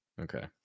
Okay